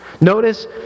Notice